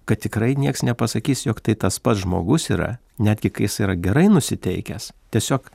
kad tikrai nieks nepasakys jog tai tas pats žmogus yra netgi kai jis yra gerai nusiteikęs tiesiog